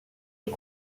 est